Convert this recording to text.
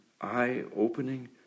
eye-opening